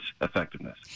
effectiveness